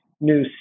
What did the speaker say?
new